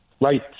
right